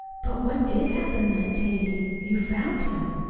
but what did happen that day you you found him?